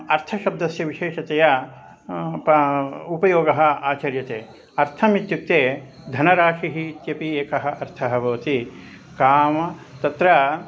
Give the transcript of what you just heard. अर्थशब्दस्य विशेषतया प्रयोगः उपयोगः आचर्यते अर्थम् इत्युक्ते धनराशिः इत्यपि एकः अर्थः भवति कामः तत्र